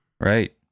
Right